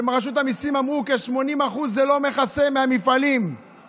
וברשות המיסים אמרו שכ-80% מהמפעלים זה לא מכסה.